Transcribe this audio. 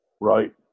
Right